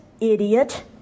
Idiot